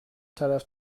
طرف